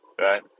right